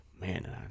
man